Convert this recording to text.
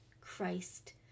Christ